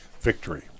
victory